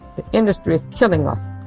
the industry is killing us.